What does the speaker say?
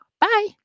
Bye